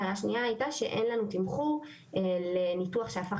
ההערה השנייה הייתה שאין לנו תמחור לניתוח שהפך